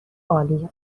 عالی